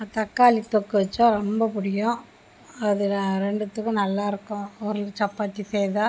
தக்காளி தொக்கு வச்சால் ரொம்ப பிடிக்கும் அதில் ரெண்டுத்துக்கும் நல்லா இருக்கும் ஒரு சப்பாத்தி செய்தால்